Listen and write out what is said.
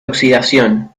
oxidación